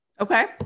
Okay